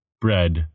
bread